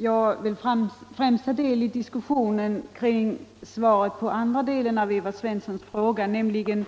Herr talman! Diskussionen har främst rört sig kring svaret på den andra delen av Evert Svenssons interpellation, nämligen